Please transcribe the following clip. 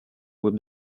will